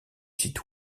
site